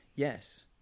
Yes